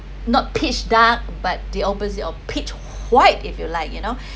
not pitch dark but the opposite of pitch white if you like you know